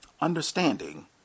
understanding